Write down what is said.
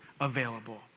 available